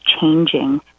changing